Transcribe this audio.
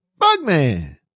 Bugman